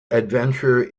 adventure